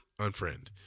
unfriend